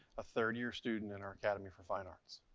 a third-year student in our academy for fine arts.